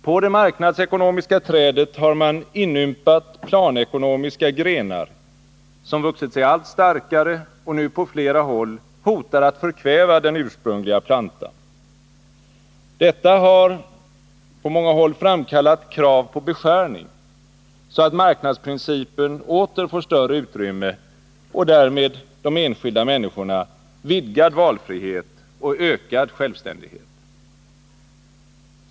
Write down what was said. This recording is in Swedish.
På det marknadsekonomiska trädet har man inympat planekonomiska grenar, som vuxit sig allt starkare och nu på flera håll hotar att förkväva den ursprungliga plantan. Detta har framkallat krav på beskärning, så att marknadsprincipen åter får större utrymme och därmed de enskilda människorna vidgad valfrihet och ökad självständighet.